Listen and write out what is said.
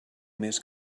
més